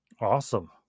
Awesome